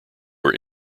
are